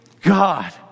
God